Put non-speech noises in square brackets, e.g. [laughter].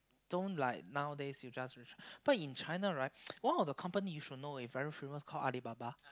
don't like nowadays you just rich but in China right [noise] one the company you should know is very famous called Alibaba